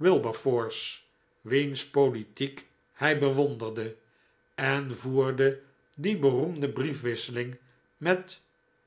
wilberforce wiens politiek hij bewonderde en voerde die beroemde briefwisseling met